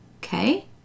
Okay